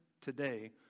today